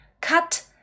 cut